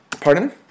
Pardon